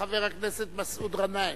חבר הכנסת מסעוד גנאים.